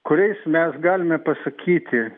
kuriais mes galime pasakyti